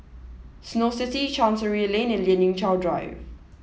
Snow City Chancery Lane and Lien Ying Chow Drive